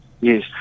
Yes